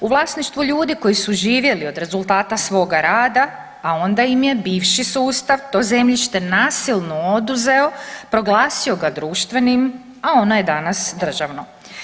U vlasništvu ljudi koji su živjeli od rezultata svoga rada, a onda im je bivši sustav to zemljište nasilno oduzeo proglasio ga društvenim, a ono je danas državno.